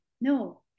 No